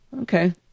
Okay